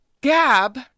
Gab